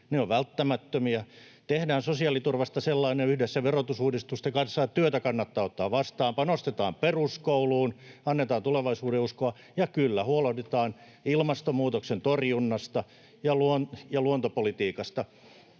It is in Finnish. Ne ovat välttämättömiä. Tehdään sosiaaliturvasta yhdessä verotusuudistusten kanssa sellainen, että työtä kannattaa ottaa vastaan. Panostetaan peruskouluun, annetaan tulevaisuudenuskoa ja, kyllä, huolehditaan ilmastonmuutoksen torjunnasta ja luontopolitiikasta.